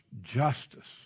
justice